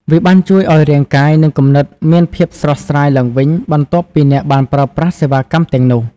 វាបានជួយឲ្យរាងកាយ និងគំនិតមានភាពស្រស់ស្រាយឡើងវិញ បន្ទាប់ពីអ្នកបានប្រើប្រាស់សេវាកម្មទាំងនោះ។